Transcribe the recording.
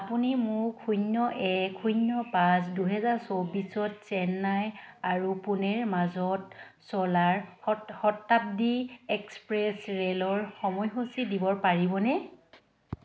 আপুনি মোক শূন্য এক শূন্য পাঁচ দুহেজাৰ চৌব্বিছত চেন্নাই আৰু পুনেৰ মাজত চলা শতাব্দী এক্সপ্ৰেছ ৰে'লৰ সময়সূচী দিব পাৰিবনে